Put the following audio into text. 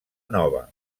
nova